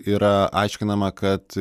yra aiškinama kad